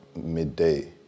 midday